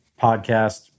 podcast